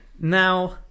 Now